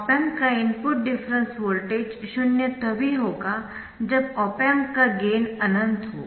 op amp का input difference voltage शून्य तभी होगा जब ऑप एम्प का गेन अनंत हो